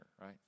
right